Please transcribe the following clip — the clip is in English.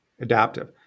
adaptive